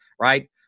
right